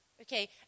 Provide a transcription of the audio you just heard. Okay